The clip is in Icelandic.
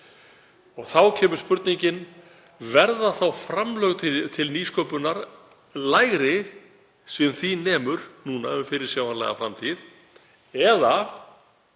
Þá kemur spurningin: Verða þá framlög til nýsköpunar lægri sem því nemur um fyrirsjáanlega framtíð eða